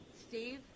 Steve